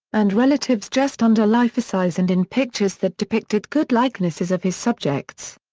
and relatives just under lifesize and in pictures that depicted good likenesses of his subjects.